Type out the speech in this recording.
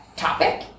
topic